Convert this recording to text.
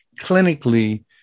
clinically